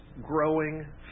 growing